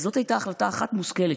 אז זאת הייתה החלטה אחת מושכלת,